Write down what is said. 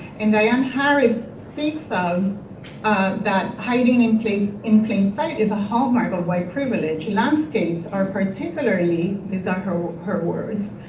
and diane harris speaks of that hiding in plain in plain sight is a hallmark of white privilege. landscapes are particularly, these are her her words,